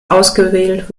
ausgewählt